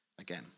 again